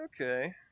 Okay